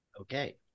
Okay